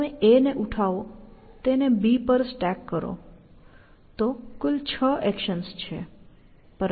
પછી તમે A ને ઉઠાવો તેને B પર સ્ટેક કરો તો કુલ છ એક્શન્સ છે